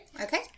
Okay